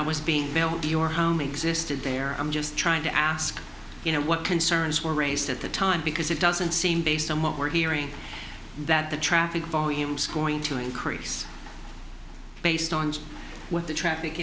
that was being mailed to your home existed there i'm just trying to ask you know what concerns were raised at the time because it doesn't seem based on what we're hearing that the traffic volumes going to increase based on what the traffic